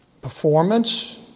performance